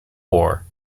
war